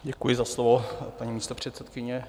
Děkuji za slovo, paní místopředsedkyně.